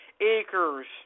acres